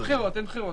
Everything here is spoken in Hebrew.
אין בחירות, אופיר.